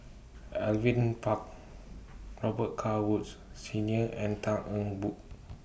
Alvin Pang Robet Carr Woods Senior and Tan Eng Bock